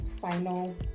final